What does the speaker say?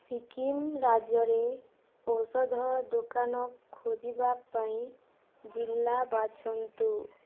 ସିକିମ୍ ରାଜ୍ୟରେ ଔଷଧ ଦୋକାନ ଖୋଜିବା ପାଇଁ ଜିଲ୍ଲା ବାଛନ୍ତୁ